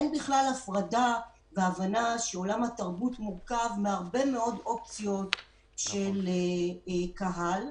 אין בכלל הבנה שעולם התרבות מורכב מהרבה מאוד אופציות של קהל.